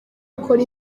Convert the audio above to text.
akora